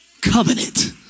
covenant